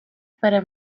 para